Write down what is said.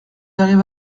arrive